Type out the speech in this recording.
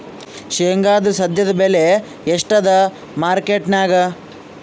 ಶೇಂಗಾದು ಸದ್ಯದಬೆಲೆ ಎಷ್ಟಾದಾ ಮಾರಕೆಟನ್ಯಾಗ?